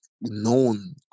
known